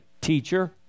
teacher